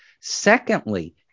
Secondly